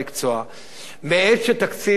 מעת שתקציב במציאות משתנה,